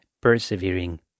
persevering